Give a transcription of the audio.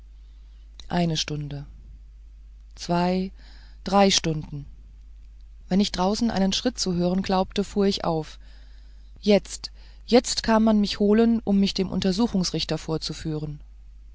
eine stunde zwei drei stunden wenn ich draußen einen schritt zu hören glaubte fuhr ich auf jetzt jetzt kam man mich holen um mich dem untersuchungsrichter vorzuführen